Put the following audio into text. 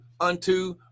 unto